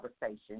conversation